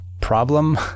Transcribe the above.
problem